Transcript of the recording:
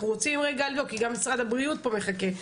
כי גם משרד הבריאות מחכה פה,